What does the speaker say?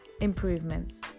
improvements